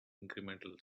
incremental